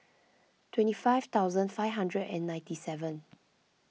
twenty five thousand five hundred and ninety seven